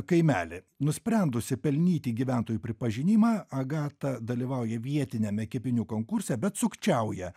kaimelį nusprendusi pelnyti gyventojų pripažinimą agata dalyvauja vietiniame kepinių konkurse bet sukčiauja